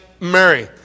Mary